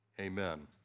amen